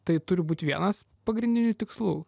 tai turi būti vienas pagrindinių tikslų